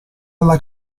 alla